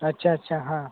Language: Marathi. अच्छा अच्छा हं